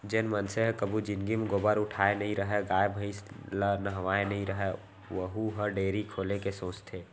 जेन मनसे ह कभू जिनगी म गोबर उठाए नइ रहय, गाय भईंस ल नहवाए नइ रहय वहूँ ह डेयरी खोले के सोचथे